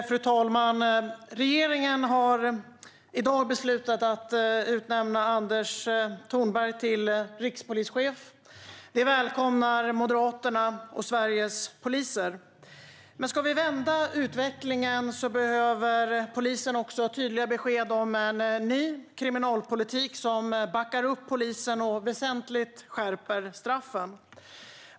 Fru talman! Regeringen har i dag beslutat att utnämna Anders Thornberg till rikspolischef. Det välkomnar Moderaterna och Sveriges poliser. Men om vi ska vända utvecklingen behöver polisen också tydliga besked om en ny kriminalpolitik som backar upp polisen och väsentligt skärper straffen.